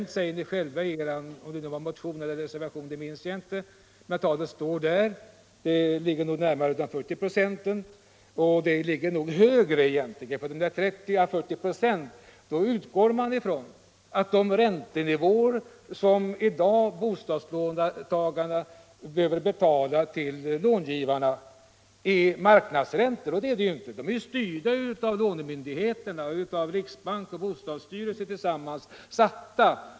Ni anger själva att subventionerna utgör 30 96 av kostnaderna, men talet ligger nog närmare 40 96 eller ännu högre. Vid beräkningen 30 å 40 96 utgår man ifrån att de räntor som bostadslånetagarna i dag behöver betala till långivarna är marknadsräntor, men det är det inte. Låneräntorna är styrda av lånemyndigheterna och bestämda av riksbanken och bostadsstyrelsen tillsammans.